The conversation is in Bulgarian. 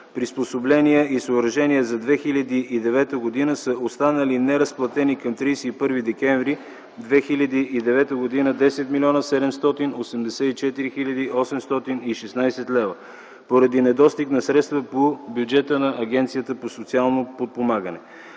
приспособления и съоръжения за 2009 г. са останали неразплатени към 31.12.2009 г. 10 млн. 784 хил. 816 лв. поради недостиг на средства по бюджета на Агенцията за социално подпомагане.